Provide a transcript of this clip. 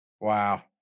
Wow